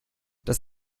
das